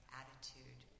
attitude